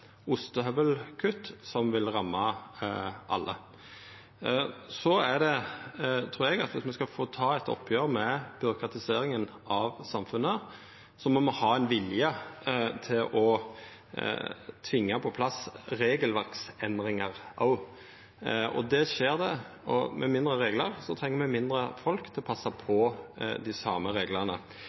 ostehøvelkutt, som vil ramma alle. Så trur eg at dersom me skal ta eit oppgjer med byråkratiseringa av samfunnet, må me ha vilje til å tvinga på plass regelverksendringar også, og med færre reglar treng me færre folk til å passa på dei same reglane.